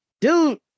dude